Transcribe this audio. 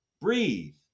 Breathe